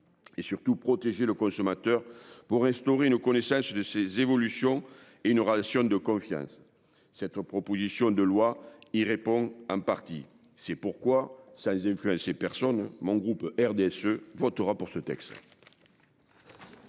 Et surtout protéger le consommateur pour restaurer ne connaît sèche de ces évolutions et une relation de confiance. Cette proposition de loi, il répond un parti c'est pourquoi ça faisait plus personne. Mon groupe RDSE votera pour ce texte.